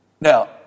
Now